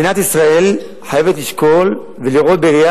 מדינת ישראל חייבת לשקול ולראות בראייה